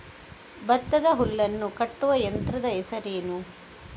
ಭತ್ತದ ಹುಲ್ಲನ್ನು ಕಟ್ಟುವ ಯಂತ್ರದ ಹೆಸರೇನು?